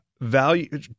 value